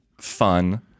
fun